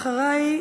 אחרי,